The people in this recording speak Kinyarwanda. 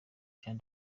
jean